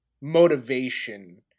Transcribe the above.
motivation